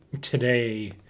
today